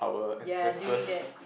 ye doing that